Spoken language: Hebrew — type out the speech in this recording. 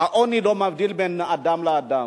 שהעוני לא מבדיל בין אדם לאדם,